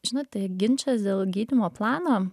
žinote ginčas dėl gydymo plano